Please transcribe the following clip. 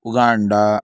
Uganda